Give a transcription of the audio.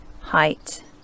height